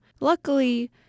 Luckily